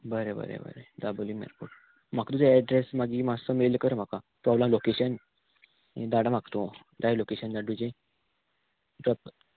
बरें बरें बरें दाबोलीम एअरपोर्ट म्हाका तुजे एड्रेस मागीर मातसो मेल कर म्हाका ऑर लोकेशन धाडा म्हाका तूं लायव लोकेशन धाड तुजें